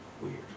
Weird